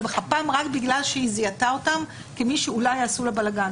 בכפם רק בגלל שהיא זיהתה אותם כמי שאולי יעשו לה בלגן.